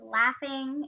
laughing